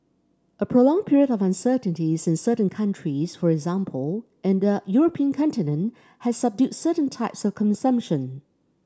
a prolonged period of uncertainties in certain countries for example in the European continent has subdued certain types of consumption